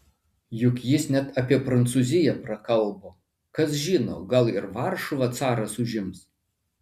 juk jis net apie prancūziją prakalbo kas žino gal ir varšuvą caras užims